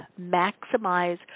Maximize